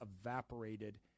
evaporated